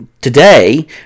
today